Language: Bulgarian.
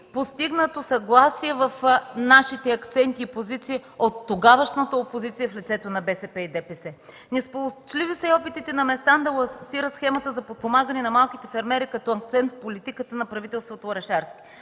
постигнато съгласие с нашите акценти и позиции от тогавашната опозиция в лицето на БСП и ДПС. Несполучливи са и опитите на Местан да лансира схемата за подпомагане на малките фермери като акцент в политиката на правителството Орешарски,